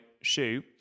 shoe